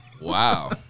wow